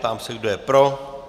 Ptám se, kdo je pro.